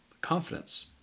confidence